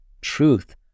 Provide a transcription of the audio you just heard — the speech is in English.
truth